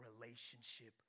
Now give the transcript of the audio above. relationship